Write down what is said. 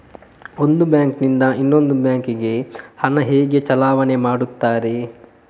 ಒಂದು ಬ್ಯಾಂಕ್ ನಿಂದ ಇನ್ನೊಂದು ಬ್ಯಾಂಕ್ ಗೆ ಹಣ ಹೇಗೆ ಚಲಾವಣೆ ಮಾಡುತ್ತಾರೆ?